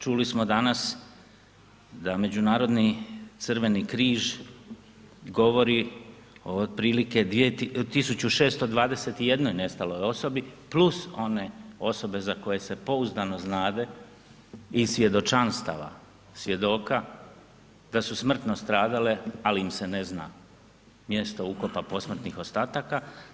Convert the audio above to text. Čuli smo danas da međunarodni Crveni križ govori o otprilike 1621 nestaloj osobi one osobe za koje se pouzdano znade iz svjedočanstava svjedoka da su smrtno stradale, ali im se ne zna mjesto ukopa posmrtnih ostataka.